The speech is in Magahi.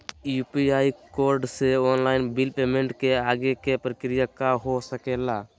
यू.पी.आई कोड से ऑनलाइन बिल पेमेंट के आगे के प्रक्रिया का हो सके ला?